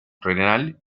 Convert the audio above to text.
renal